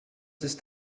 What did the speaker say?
ist